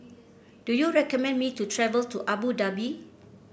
do you recommend me to travel to Abu Dhabi